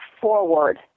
forward